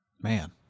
man